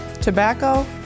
tobacco